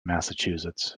massachusetts